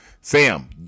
Sam